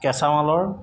কেঁচা মালৰ